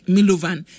Milovan